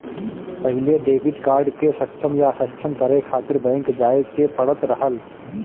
पहिले debit card के सक्षम या असक्षम करे खातिर बैंक जाए के पड़त रहल